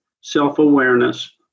self-awareness